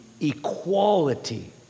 equality